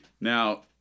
Now